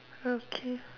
okay